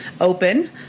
open